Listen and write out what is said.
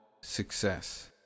success